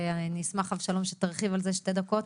שאני אשמח אבשלום אם תרחיב על זה שתי דקות.